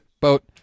boat